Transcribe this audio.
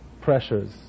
pressures